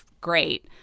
great